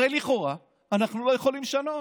הרי לכאורה אנחנו לא יכולים לשנות.